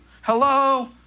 Hello